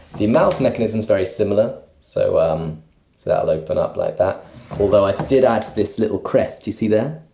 the mouth mechanism's very similar, so um so that'll open up like that although i did add this little crest, you see there